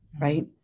right